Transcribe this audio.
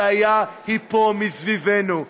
הבעיה היא פה מסביבנו,